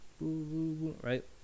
Right